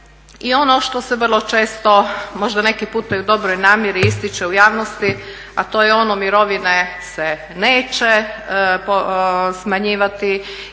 I ono što se vrlo često možda neki puta i u dobroj namjeri ističe u javnosti a to je ono mirovine se neće smanjivati